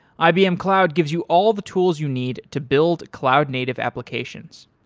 ibm cloud gives you all the tools you need to build cloud native applications.